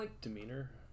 demeanor